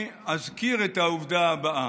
אני אזכיר את העובדה הבאה: